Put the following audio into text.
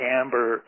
amber